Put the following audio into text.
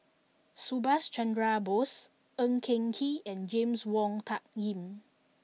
Subhas Chandra Bose Ng Eng Kee and James Wong Tuck Yim